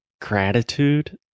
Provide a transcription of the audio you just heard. gratitude